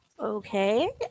Okay